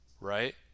right